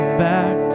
back